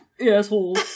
Asshole